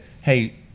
hey